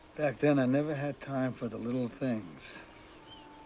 back then i never had time for the little things.